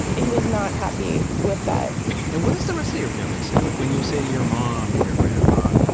he was not happy with that and what is the rest of your family say, like when you say to your mom or your grandma,